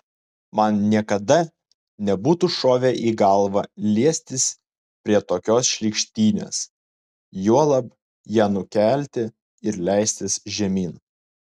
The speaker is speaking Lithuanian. man niekada nebūtų šovę į galvą liestis prie tokios šlykštynės juolab ją nukelti ir leistis žemyn